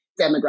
demographic